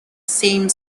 same